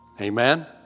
amen